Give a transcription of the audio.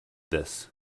this